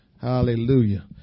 Hallelujah